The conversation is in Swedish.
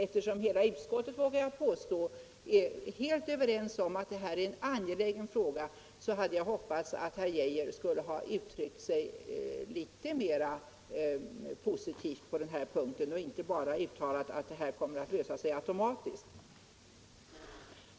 Eftersom hela utskottet — det vågar jag påstå — är överens om att detta är en angelägen fråga hade jag hoppats att herr Geijer skulle uttrycka sig litet mer positivt på den här punkten och inte bara uttala att detta kommer att lösa sig automatiskt.